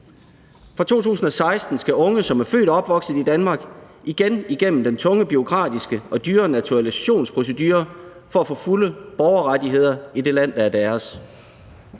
Fra 2016 har unge, som er født og opvokset i Danmark, igen skullet igennem den tunge bureaukratiske og dyre naturalisationsprocedure for at få fulde borgerrettigheder i det land, der er deres.